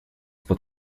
под